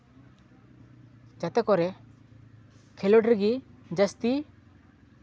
ᱡᱟᱛᱮ ᱠᱚᱨᱮ ᱠᱷᱮᱞᱳᱰ ᱨᱮᱜᱮ ᱡᱟᱹᱥᱛᱤ